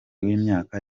w’imyaka